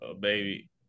baby